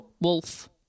wolf